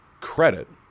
credit